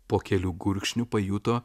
po kelių gurkšnių pajuto